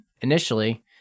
initially